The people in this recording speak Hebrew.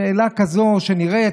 שאלה כזו שנראית,